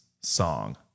song